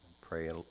pray